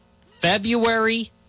February